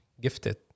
gifted